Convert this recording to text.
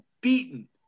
beaten